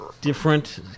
different